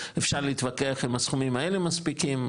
אפשר להתווכח אם הסכומים האלה מספיקים,